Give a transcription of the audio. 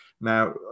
Now